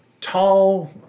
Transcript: tall